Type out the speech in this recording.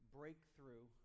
breakthrough